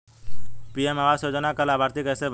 PM आवास योजना का लाभर्ती कैसे बनें?